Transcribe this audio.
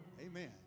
Amen